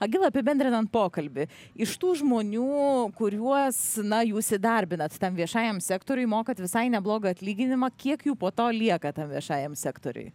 agila apibendrinant pokalbį iš tų žmonių kuriuos na jūs įdarbinat tam viešajam sektoriuj mokat visai neblogą atlyginimą kiek jų po to lieka viešajam sektoriuj